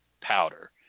powder